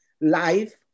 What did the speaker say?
life